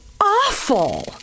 awful